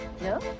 No